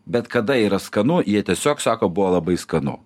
bet kada yra skanu jie tiesiog sako buvo labai skanu